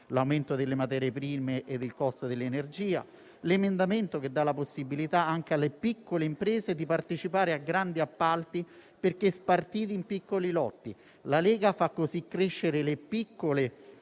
l'aumento delle materie prime e del costo dell'energia). Penso ancora all'emendamento che dà la possibilità anche alle piccole imprese di partecipare a grandi appalti perché spartiti in piccoli lotti. La Lega fa così crescere le piccole